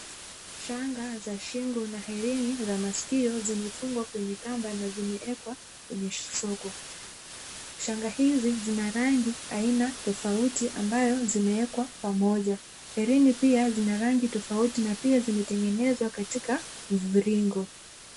Shanga za shingo na herini za masikio zimefungwa kwenye kamba na zimewekwa kwenye soko. Shanga hizi zina rangi aina tofauti ambayo zimewekwa pamoja. Herini pia zina rangi tofauti na pia zimetengenezwa katika mviringo.